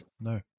No